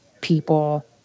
people